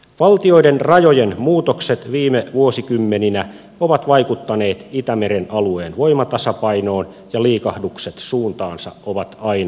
valtioiden rajojen muutokset viime vuosikymmeninä ovat vaikuttaneet itämeren alueen voimatasapainoon ja liikahdukset suuntaansa ovat aina mahdollisia